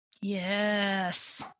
Yes